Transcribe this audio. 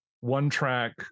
one-track